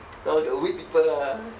now you can whip people lah